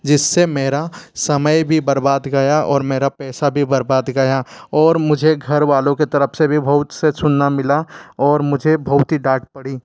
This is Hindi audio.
जिससे मेरा समय भी बरबाद गया और मेरा पैसा भी बरबाद गया और मुझे घरवालों के तरफ से भी बहुत से सुनना मिला और मुझे बहुत ही डांट पड़ी